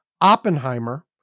Oppenheimer